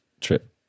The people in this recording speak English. trip